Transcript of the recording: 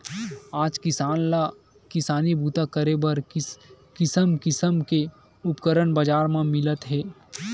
आज किसान ल किसानी बूता करे बर किसम किसम के उपकरन बजार म मिलत हे